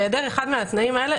בהיעדר אחד מהתנאים האלה,